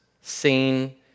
seen